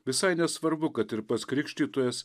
visai nesvarbu kad ir pats krikštytojas